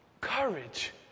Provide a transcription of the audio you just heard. courage